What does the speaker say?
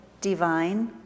divine